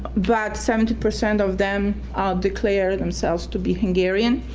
but seventy percent of them declare themselves to be hungarian.